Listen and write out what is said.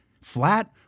flat